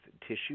tissue